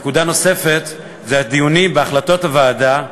נקודה נוספת היא הדיונים בהחלטות הוועדה.